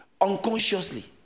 unconsciously